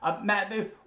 Matt